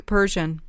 Persian